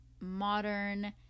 modern